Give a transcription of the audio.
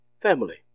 family